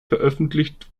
veröffentlicht